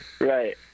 Right